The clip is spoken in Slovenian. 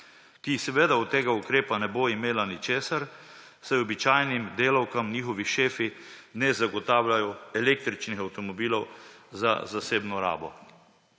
ki seveda od tega ukrepa ne bo imela ničesar, saj običajnim delavkam njihovi šefi ne zagotavljajo električnih avtomobilov za zasebno rabo.